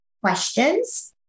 questions